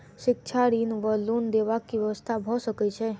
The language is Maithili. शिक्षा ऋण वा लोन देबाक की व्यवस्था भऽ सकै छै?